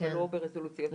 אבל לא ברזולוציה יותר -- כן,